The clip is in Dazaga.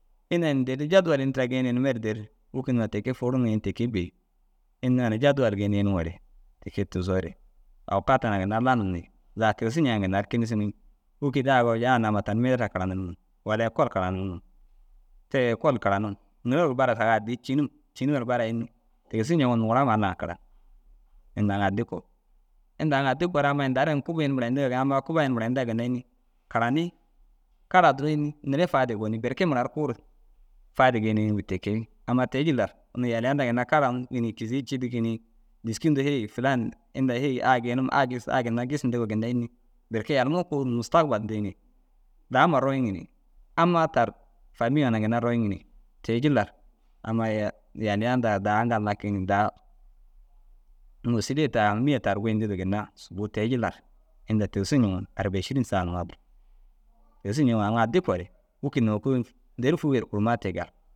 Inda ini dêri jeduwa ru ini tira geenum yenimme ru dêr wôki numa te kee fuurug niŋa ini ti kee bêi. Înni yoo na jadwa geenum yeniŋoore ti kee tigisoore au gataa na ginna lanum ni saga tigisu ñenigaa ginna ru kînesum ni wôkid a ru goji ai naama tani mêderesa karanirig nim ni walla ekol karanirig nim ni te ekol karanum ŋiruu ru bara saga addii cînim. Cînime ru bara înni? Tigisu ñeŋoo nuwurama Alla ŋa karan. Inda aŋ addi koo, inda aŋ addi koore ammai inda ru kubbu ini burayindiga ginna amma kubbaa i ini bura yindigaa ginna înni? Karanii. Karaa duro înni? Neere faida gonii berke mura ru kuu ru faida geenum yeniige ti kee. Amma te- i jillar unnu yaliya hundaa ginna kara ru mûkugi ni kizii cîdigi ni dîski hunduu «hêyi filan inda hêyi a geenum a gis ai ginna gis » yindiga ginna înni? Berke yalimuu kuu ru mustagbal dii ni dau huma royiŋi ni. Amma tar faamîyaa na ginna royiŋi ni. Te- i jillar amma yaliya hundaa daa añgal nakigi ni daa mûsuliye tar nîye tar goyindu diduu ginna subuu te- i jillar inda tigisu ñeŋoo arba êširin sa nuwaa duro tigisu ñeŋoo aŋ addi koore wôkid dêri fûuge ru kuruummaa te gali.